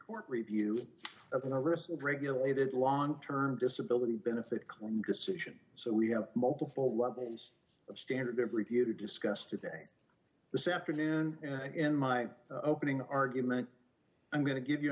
court review of the risk of regulated long term disability benefit claim decision so we have multiple levels of standard of review to discuss today this afternoon in my opening argument i'm going to give you